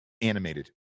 animated